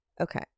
Okay